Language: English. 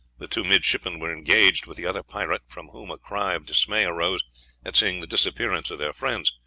the two midshipmen were engaged with the other pirate, from whom a cry of dismay arose at seeing the disappearance of their friends.